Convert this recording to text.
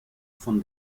von